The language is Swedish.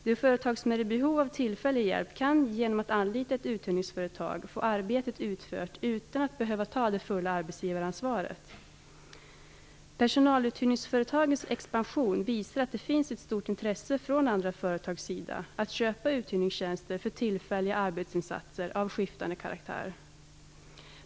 Det företag som är i behov av tillfällig hjälp kan genom att anlita ett uthyrningsföretag få arbetet utfört utan att behöva ta det fulla arbetsgivaransvaret. Personaluthyrningsföretagens expansion visar att det finns ett stort intresse från andra företags sida för att köpa uthyrningstjänster för tillfälliga arbetsinsatser av skiftande karaktär.